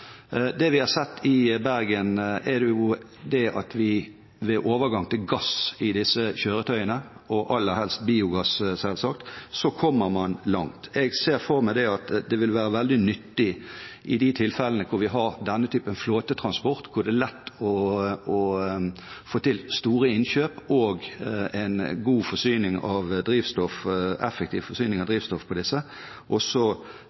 at ved overgang til gass i disse kjøretøyene, og selvsagt aller helst biogass, kommer man langt. Jeg ser for meg at det vil være veldig nyttig i de tilfellene hvor vi har denne typen flåtetransport, hvor det er lett å få til store innkjøp og en god, effektiv forsyning av drivstoff, også å gi støtte og